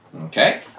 Okay